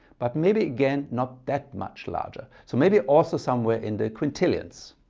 but maybe again not that much larger, so maybe also somewhere in the quintillions.